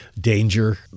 danger